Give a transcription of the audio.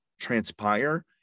transpire